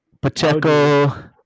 Pacheco